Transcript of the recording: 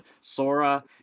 Sora